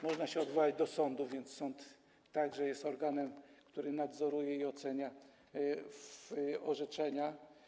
Można także odwołać się do sądu, więc sąd także jest organem, który nadzoruje i ocenia orzeczenia.